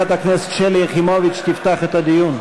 חברת הכנסת שלי יחימוביץ תפתח את הדיון.